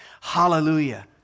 hallelujah